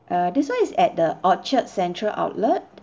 uh this [one] is at the orchard central outlet